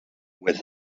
with